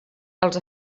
els